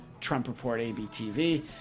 TrumpReportABTV